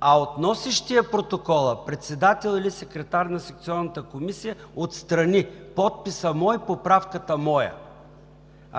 а от носещия протокола председател или секретар на секционната комисия, отстрани „подписът мой, поправката моя“.